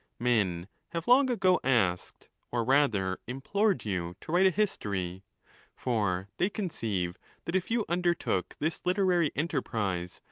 men have long ago asked, or rather implored you, to write a history for they conceive that if you under took this literary enterprise,